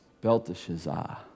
Belteshazzar